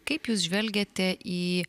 kaip jūs žvelgiate į